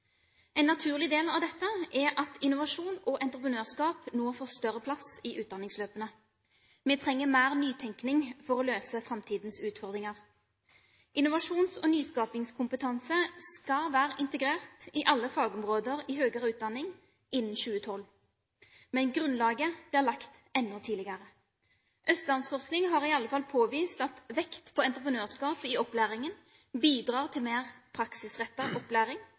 En naturlig del av dette er at innovasjon og entreprenørskap nå får større plass i utdanningsløpene. Vi trenger mer nytenkning for å løse framtidens utfordringer. Innovasjons- og nyskapingskompetanse skal være integrert i alle fagområder i høyere utdanning innen 2012, men grunnlaget blir lagt enda tidligere. Østlandsforskning har i alle fall påvist at vekt på entreprenørskap i opplæringen bidrar til mer praksisrettet opplæring,